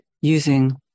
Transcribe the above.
using